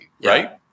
right